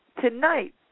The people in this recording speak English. tonight